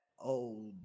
old